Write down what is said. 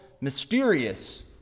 mysterious